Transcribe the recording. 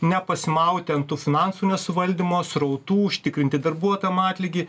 nepasimauti ant tų finansų nesuvaldymo srautų užtikrinti darbuotojam atlygį